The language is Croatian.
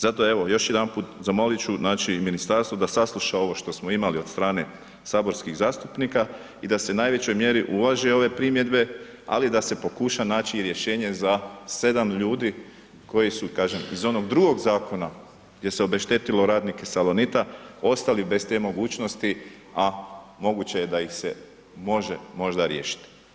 Zato evo još jedanput zamolit ću znači ministarstvo da sasluša ovo što smo imali od strane saborskih zastupnika i da se u najvećoj mjeri uvaže ove primjedbe, ali i da se pokuša naći i rješenje za 7 ljudi koji su kažem iz onog drugog zakona gdje se obeštetilo radnike Salonita ostali bez te mogućnosti, a moguće je da ih može možda riješiti.